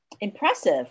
impressive